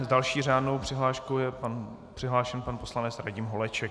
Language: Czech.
S další řádnou přihláškou je přihlášen pan poslanec Radim Holeček.